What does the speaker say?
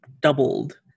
doubled